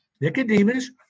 Nicodemus